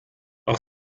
auch